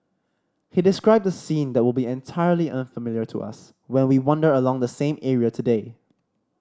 he described a scene that will be entirely unfamiliar to us when we wander along the same area today